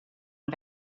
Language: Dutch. een